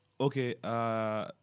Okay